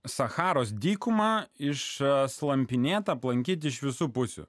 sacharos dykumą išslampinėt aplankyt iš visų pusių